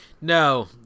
No